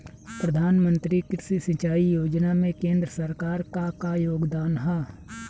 प्रधानमंत्री कृषि सिंचाई योजना में केंद्र सरकार क का योगदान ह?